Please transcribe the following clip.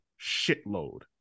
shitload